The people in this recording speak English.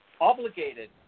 obligated